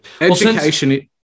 Education